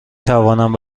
توانم